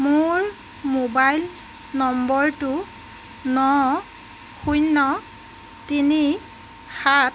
মোৰ ম'বাইল নম্বৰটো ন শূন্য তিনি সাত